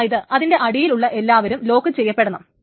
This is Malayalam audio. അതായത് അതിന്റെ അടിയിൽ ഉള്ള എല്ലാവരും ലോക്കുചെയ്യപ്പെടണം